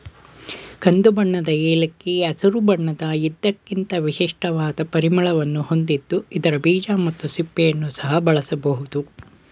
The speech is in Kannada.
ಕಂದುಬಣ್ಣದ ಏಲಕ್ಕಿ ಹಸಿರು ಬಣ್ಣದ ಇದಕ್ಕಿಂತ ವಿಶಿಷ್ಟವಾದ ಪರಿಮಳವನ್ನು ಹೊಂದಿದ್ದು ಇದರ ಬೀಜ ಮತ್ತು ಸಿಪ್ಪೆಯನ್ನು ಸಹ ಬಳಸಬೋದು